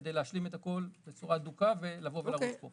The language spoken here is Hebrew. כדי להשלים הכול בצורה הדוקה ולבוא ולהראות פה.